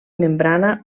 membrana